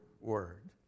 word